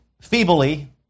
feebly